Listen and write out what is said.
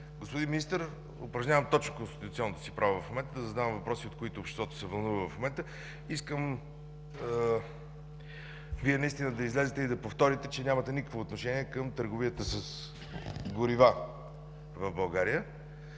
Господин Министър, упражнявам точно конституционното си право да задавам въпроси, от които обществото се вълнува в момента. Искам наистина да излезете и да повторите, че нямате никакво отношение към търговията с горива в България